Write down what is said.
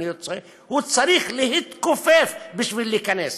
הוא צריך להתכופף בשביל להיכנס.